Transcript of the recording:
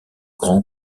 grand